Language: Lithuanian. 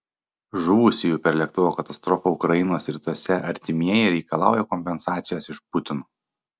žuvusiųjų per lėktuvo katastrofą ukrainos rytuose artimieji reikalauja kompensacijos iš putino